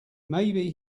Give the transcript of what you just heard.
maybe